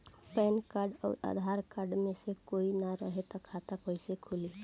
Pan card आउर Aadhaar card मे से कोई ना रहे त खाता कैसे खुली?